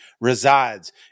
resides